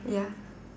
yeah